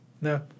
No